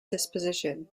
disposition